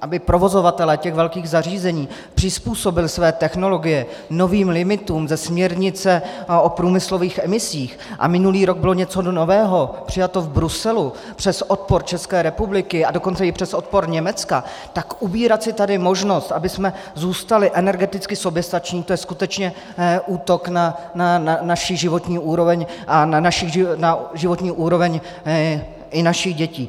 aby provozovatel těch velkých zařízení přizpůsobil své technologie novým limitům ze směrnice o průmyslových emisích, a minulý rok bylo něco nového přijato v Bruselu přes odpor České republiky, a dokonce i přes odpor Německa, tak ubírat si tady možnost, abychom zůstali energeticky soběstační, to je skutečně útok na naši životní úroveň a na životní úroveň i našich dětí.